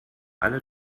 alle